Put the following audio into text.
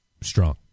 Strong